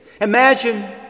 Imagine